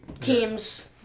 teams